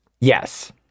Yes